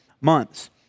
months